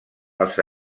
els